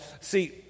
see